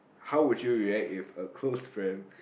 how would you react if a close friend